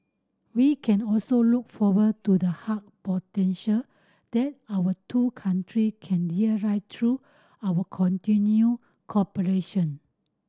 we can also look forward to the hug potential that our two country can realise through our continued cooperation